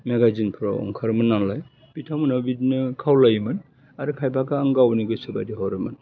मेगाजिनफ्राव ओंखारोमोन नालाय बिथांमोना बिदिनो खावलायोमोन आरो खायफाखो आं गावनि गोसोबायदि हरोमोन